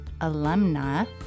alumna